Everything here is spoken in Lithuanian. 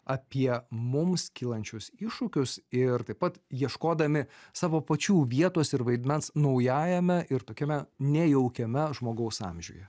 apie mums kylančius iššūkius ir taip pat ieškodami savo pačių vietos ir vaidmens naujajame ir tokiame nejaukiame žmogaus amžiuje